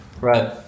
Right